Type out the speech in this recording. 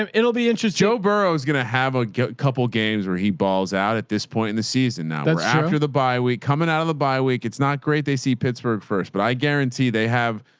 um it'll be interest. joe burrow is going have a couple of games where he balls out at this point in the season. now we're after the bi-week coming out of the bi-week it's not great. they see pittsburgh first, but i guarantee they have,